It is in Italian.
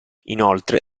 inoltre